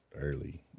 early